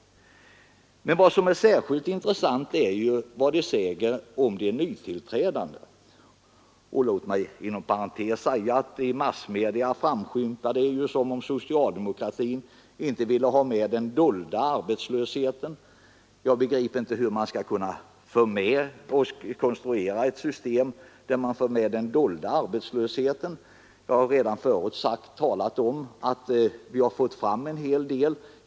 Men särskilt intressant är vad som sägs om de nytillträdande. Låt mig inom parentes säga att i massmedia har framskymtat att socialdemokratin inte vill ha med den ”dolda” arbetslösheten. Jag begriper inte hur man skall kunna konstruera ett system där man får med den ”dolda” arbetslösheten. Jag har förut talat om att vi har fått fram en hel del av denna.